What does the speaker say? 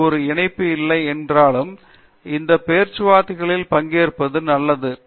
அது ஒரு இணைப்பு இல்லை என்றாலும் அந்த பேச்சுவார்த்தைகளில் பங்கேற்பது நல்லது